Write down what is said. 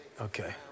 Okay